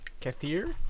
Kathir